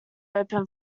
open